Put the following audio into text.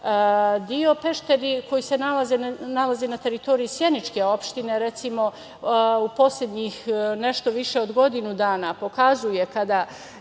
deo Pešteri koji se nalazi na teritoriji sjeničke opštine, recimo u poslednjih nešto više od godinu dana, pokazuje kada